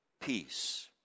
peace